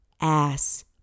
Ass